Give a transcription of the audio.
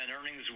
earnings